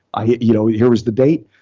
ah here you know here is the date.